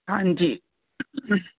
ਹਾਂਜੀ